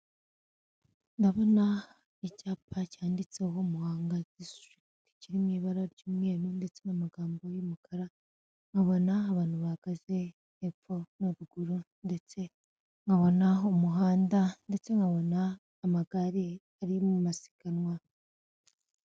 Ndabona icyapa cyanditseho Muhanga disitirigiti kiri mu ibara ry'umweru ndetse n'amagambo y'umukara, nkabona abantu bahagaze hepfo no haruguru ndetse nkabona umuhanda ndetse nkabona amagare ari mu masiganwa.